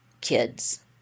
kids